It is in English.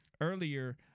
earlier